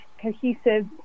cohesive